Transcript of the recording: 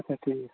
اَچھا ٹھیٖک